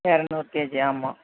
இரநூறு கேஜி ஆமாம்